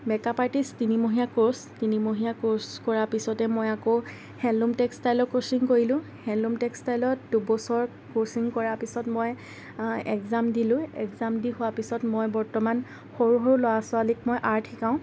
makeup artist তিনিমহীয়া course তিনিমহীয়া course কৰাৰ পিছতে মই আকৌ হেণ্ডলুম টেক্সটাইলৰ কোচিং কৰিলোঁ হেণ্ডলুম টেক্সটাইলত দুবছৰ কোচিং কৰাৰ পিছত মই এক্সজাম দিলোঁ এক্সজাম দি হোৱাৰ পিছত মই বৰ্তমান সৰু সৰু ল'ৰা ছোৱালীক মই আৰ্ট শিকাওঁ